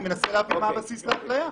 אני מנסה להבין מה הבסיס לאפליה.